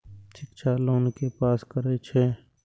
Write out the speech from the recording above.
शिक्षा लोन के पास करें छै?